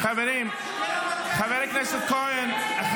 חברים, חבר הכנסת כהן.